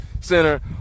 Center